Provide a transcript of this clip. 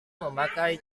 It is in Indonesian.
memakai